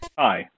Hi